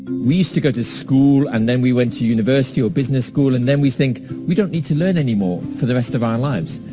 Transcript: we used to go to school and then we went to university or business school and then we think we don't need to learn anymore for the rest of our lives.